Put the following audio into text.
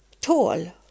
tall